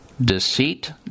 Deceit